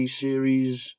series